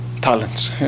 talents